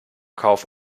kauf